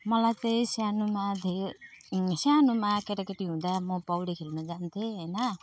मलाई चाहिँ सानोमा धेर सानोमा केटाकेटी हुँदा म पौडी खेल्नु जान्थेँ होइन